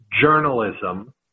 journalism